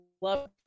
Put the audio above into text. love